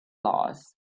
laws